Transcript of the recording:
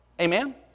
Amen